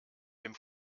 dem